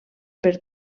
per